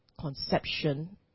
conception